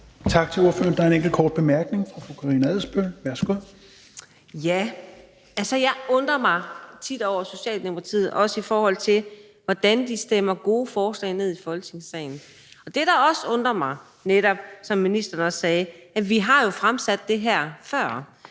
Tak til ordføreren. Der er en enkelt kort bemærkning fra fru Karina Adsbøl. Værsgo. Kl. 20:45 Karina Adsbøl (DF): Jeg undrer mig tit over Socialdemokratiet, også i forhold til hvordan de stemmer gode forslag ned i Folketingssalen. Det undrer mig jo netop også, fordi vi, som ministeren også sagde, har fremsat det her før,